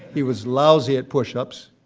he was lousy at push ups,